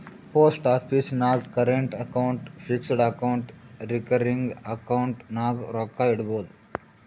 post office ನಾಗ್ current account, fixed account, recurring account ನಾಗ್ ರೊಕ್ಕಾ ಇಡ್ಬೋದ್